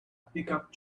pickup